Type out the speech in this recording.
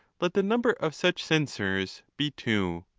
let the number of such censorf be two.